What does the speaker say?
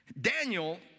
Daniel